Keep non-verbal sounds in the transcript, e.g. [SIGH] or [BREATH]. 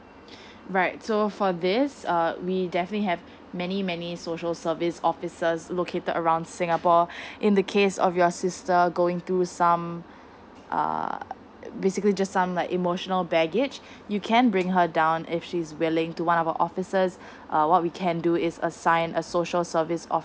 [BREATH] right so for this uh we definitely have many many social service offices located around singapore [BREATH] in the case of your sister going through some err basically just some like emotional baggage you can bring her down if she's willing to one of our offices uh what we can do is assign a social service of